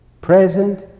present